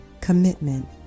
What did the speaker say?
commitment